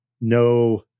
no